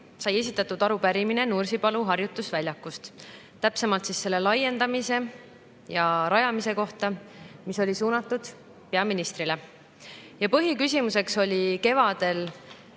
Põhiküsimuseks oli kevadel,